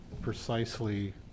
precisely